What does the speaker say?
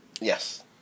yes